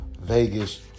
Vegas